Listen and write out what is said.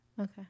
Okay